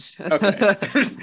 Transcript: Okay